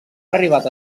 arribat